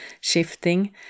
shifting